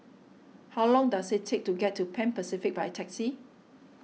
how long does it take to get to Pan Pacific by taxi